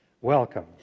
Welcome